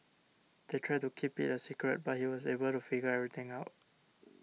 they tried to keep it a secret but he was able to figure everything out